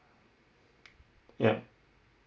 yup